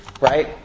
right